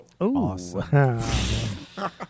Awesome